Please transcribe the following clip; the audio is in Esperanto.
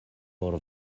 por